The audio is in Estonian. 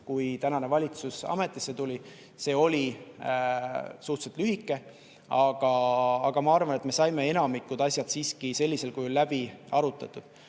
kui praegune valitsus ametisse tuli, see aeg oli suhteliselt lühike, aga ma arvan, et me saime enamiku asjad siiski sellisel kujul läbi arutatud.